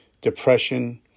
depression